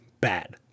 bad